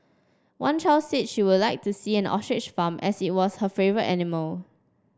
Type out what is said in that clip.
one child said she would like to see an ostrich farm as it was her favourite animal